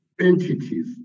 entities